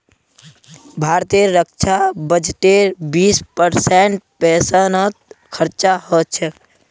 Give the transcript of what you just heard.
भारतेर रक्षा बजटेर बीस परसेंट पेंशनत खरचा ह छेक